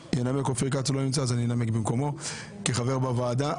חבר הכנסת אופיר כץ לא נמצא ולכן אני כחבר הוועדה אנמק במקומו.